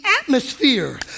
atmosphere